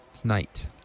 Tonight